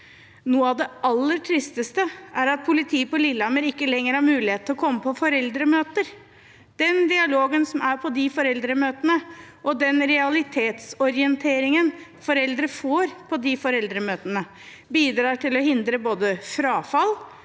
Noe av det aller tristeste er at politiet på Lillehammer ikke lenger har mulighet til å komme på foreldremøter. Den dialogen som er på de foreldremøtene, og den realitetsorienteringen foreldre får der, bidrar til å hindre både frafall,